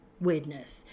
weirdness